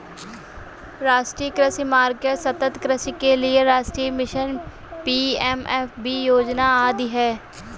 राष्ट्रीय कृषि मार्केट, सतत् कृषि के लिए राष्ट्रीय मिशन, पी.एम.एफ.बी योजना आदि है